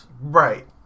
Right